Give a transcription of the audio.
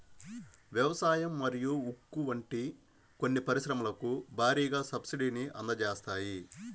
వ్యవసాయం మరియు ఉక్కు వంటి కొన్ని పరిశ్రమలకు భారీగా సబ్సిడీని అందజేస్తాయి